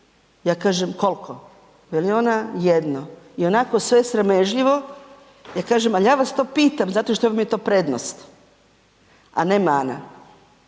ja kažem koliko, veli ona jedno i onako sve sramežljivo, ja kažem al ja vas to pitam zato što vam je to prednost, a ne mana,